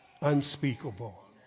unspeakable